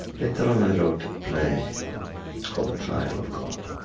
later on i wrote a play called the trial of god.